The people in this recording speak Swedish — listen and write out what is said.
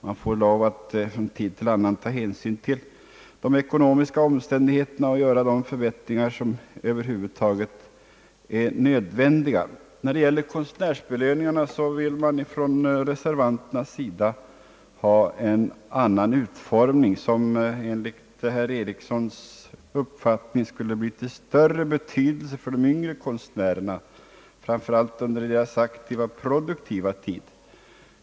Man får lov att tid efter annan ta hänsyn till de ekonomiska omständigheterna och göra de ändringar som är nödvändiga. När det gäller konstnärsbelöningarna vill man från reservanternas sida ha en annan utformning, för att stipendierna enligt herr Erikssons uppfattning skulle bli av större betydelse för de yngre konstnärerna, framför allt under deras aktiva och produktiva tid.